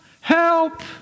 Help